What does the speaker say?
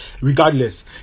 regardless